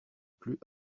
plus